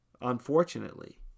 Unfortunately